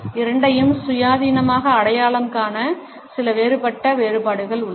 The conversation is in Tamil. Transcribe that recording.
இரண்டையும் சுயாதீனமாக அடையாளம் காண சில வேறுபட்ட வேறுபாடுகள் உள்ளன